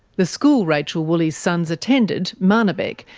the school rachel woolley's sons attended, marnebek,